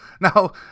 now